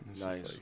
Nice